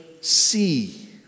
see